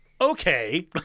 Okay